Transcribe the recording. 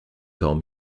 kaum